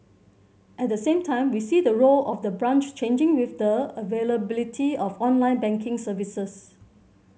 at the same time we see the role of the branch changing with the availability of online banking services